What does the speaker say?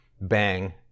bang